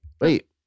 wait